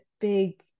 big